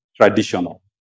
traditional